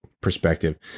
perspective